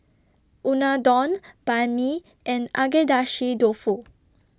Unadon Banh MI and Agedashi Dofu